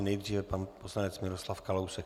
Nejdříve pan poslanec Miroslav Kalousek.